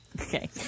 Okay